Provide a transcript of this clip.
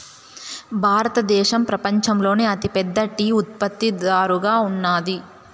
భారతదేశం పపంచంలోనే అతి పెద్ద టీ ఉత్పత్తి దారుగా ఉన్నాది